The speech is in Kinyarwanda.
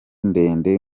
ndende